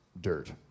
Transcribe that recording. dirt